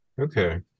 Okay